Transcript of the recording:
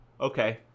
Okay